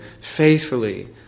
faithfully